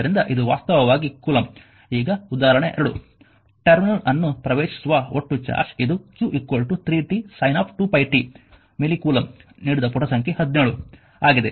ಆದ್ದರಿಂದ ಇದು ವಾಸ್ತವವಾಗಿ ಕೂಲಂಬ್ ಈಗ ಉದಾಹರಣೆ 2 ಟರ್ಮಿನಲ್ ಅನ್ನು ಪ್ರವೇಶಿಸುವ ಒಟ್ಟು ಚಾರ್ಜ್ ಇದು q 3t sin 2πt millicoulomb ನೀಡಿದ ಪುಟ ಸಂಖ್ಯೆ 17 ಆಗಿದೆ